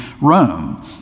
Rome